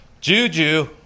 Juju –